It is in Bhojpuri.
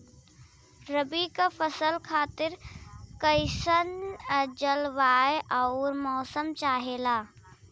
रबी क फसल खातिर कइसन जलवाय अउर मौसम चाहेला?